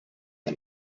the